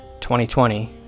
2020